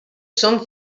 són